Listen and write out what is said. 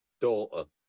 daughter